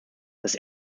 das